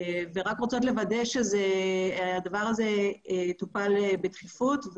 ורק רוצות לוודא שהדבר הזה יטופל בדחיפות,